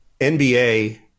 NBA